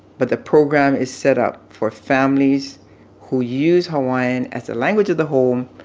but the program is set up for families who use hawaiian as a language of the home,